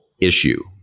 issue